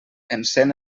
encén